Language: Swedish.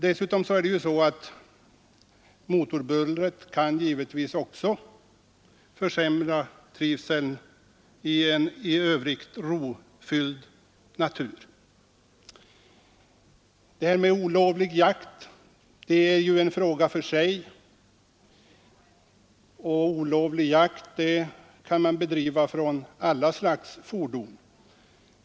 Dessutom är det ju så att motorbullret givetvis också kan försämra trivseln i en i övrigt rofylld natur. Det här med olovlig jakt är ju en fråga för sig, och olovlig jakt kan man bedriva från alla slags fordon.